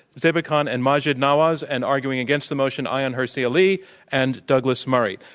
zeba khan and maajid nawaz. and arguing against the motion, ayaan hirsi ali and douglas murray.